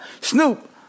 Snoop